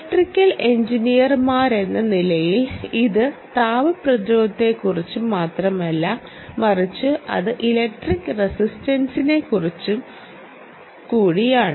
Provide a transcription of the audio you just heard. electrical എഞ്ചിനീയർമാരെന്ന നിലയിൽ ഇത് താപ പ്രതിരോധത്തെക്കുറിച്ചു മാത്രമല്ല മറിച്ച് അത് ഇലക്ട്രിക് റസിസ്റ്റൻസിനെക്കുറിച്ചും കൂടിയാണ്